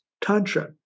Tantra